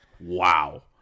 wow